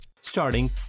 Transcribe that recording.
Starting